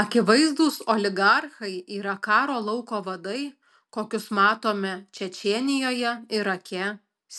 akivaizdūs oligarchai yra karo lauko vadai kokius matome čečėnijoje irake